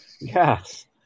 yes